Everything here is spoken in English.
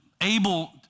able